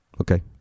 okay